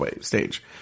stage